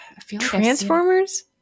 Transformers